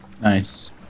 Nice